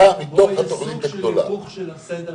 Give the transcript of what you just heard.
מי שיש לו יכולת שישלם 100%,